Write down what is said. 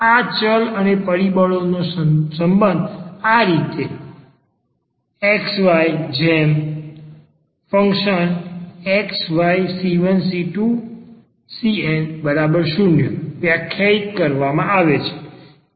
આ ચલ અને પરિબળોનો સંબંધ આ રીતે x y f x y c1 c2 cn 0 વ્યાખ્યાયિત કરવામાં આવે છે